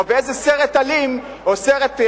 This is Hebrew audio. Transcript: או באיזה סרט אלים או סרט,